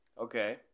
okay